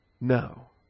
No